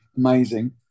amazing